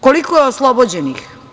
Koliko je oslobođenih?